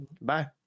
Bye